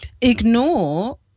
ignore